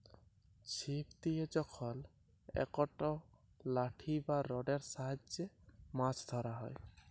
ছিপ দিয়ে যখল একট লাঠি বা রডের সাহায্যে মাছ ধ্যরা হ্যয়